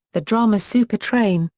the drama supertrain,